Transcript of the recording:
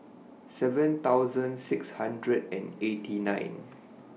seven thousand six hundred and eighty nine